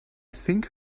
think